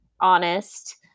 honest